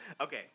Okay